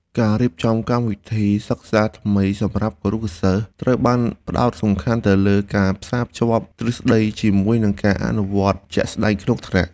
ការរៀបចំកម្មវិធីសិក្សាថ្មីសម្រាប់គរុសិស្សត្រូវផ្តោតសំខាន់ទៅលើការផ្សារភ្ជាប់ទ្រឹស្តីជាមួយនឹងការអនុវត្តជាក់ស្តែងក្នុងថ្នាក់។